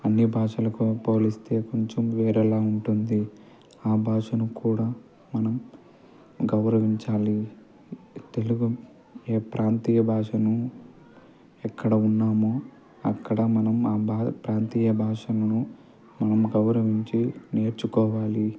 అన్ని భాషలకు పోలిస్తే కొంచెం వేరేలా ఉంటుంది ఆ భాషను కూడా మనం గౌరవించాలి తెలుగు ఏ ప్రాంతీయ భాషను ఎక్కడ ఉన్నామో అక్కడ మనం ఆ భా ప్రాంతీయ భాషలను మనం గౌరవించి నేర్చుకోవాలి